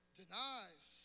denies